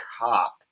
cop